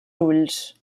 ulls